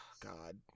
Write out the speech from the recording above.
God